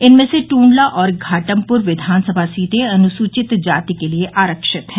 इनमें से टूडला और घाटमपुर विधानसभा सीटें अनुसूचित जाति के लिये आरक्षित है